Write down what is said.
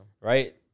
Right